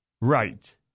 Right